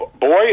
boy